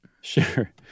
Sure